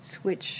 switch